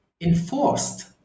enforced